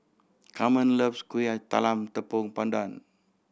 Carmen loves Kueh Talam Tepong Pandan